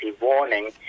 warning